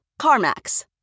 CarMax